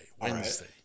Wednesday